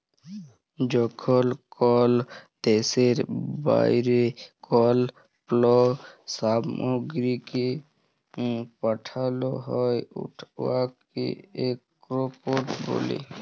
যখল কল দ্যাশের বাইরে কল পল্ল্য সামগ্রীকে পাঠাল হ্যয় উয়াকে এক্সপর্ট ব্যলে